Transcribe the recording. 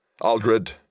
Aldred